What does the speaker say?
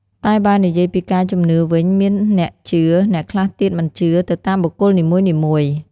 តែបើនិយាយពីការជំនឿវិញមានអ្នកជឿ អ្នកខ្លះទៀតមិនជឿ ទៅតាមបុគ្គលនីមួយៗ។